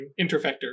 Interfector